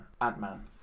Ant-Man